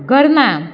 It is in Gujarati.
ઘરમાં